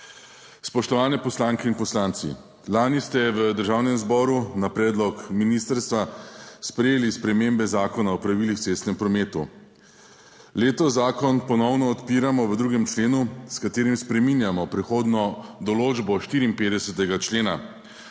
Spoštovane poslanke in poslanci! Lani ste v Državnem zboru na predlog ministrstva sprejeli spremembe zakona o pravilih v cestnem prometu. Letos zakon ponovno odpiramo v 2. členu, s katerim spreminjamo prehodno določbo 54. člena.